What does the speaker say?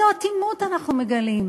איזו אטימות אנחנו מגלים?